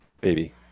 Baby